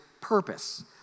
purpose